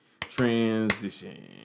Transition